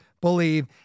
Believe